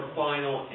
final